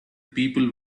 people